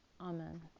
Amen